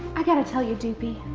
i gotta tell you doopey.